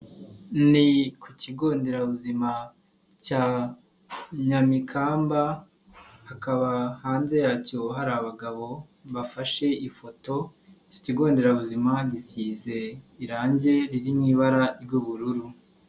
Ni ku kigo nderabuzima cya Nyamikamba hakaba hanze yacyo hari abagabo bafashe ifoto, iki kigo nderabuzima gisize irange riri mu ibara ry'ubururu.